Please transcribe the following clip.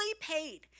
paid